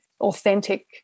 authentic